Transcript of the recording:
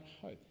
hope